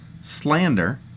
Slander